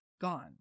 gone